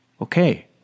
Okay